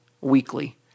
weekly